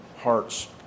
hearts